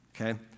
Okay